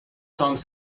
songs